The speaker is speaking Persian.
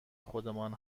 خودمان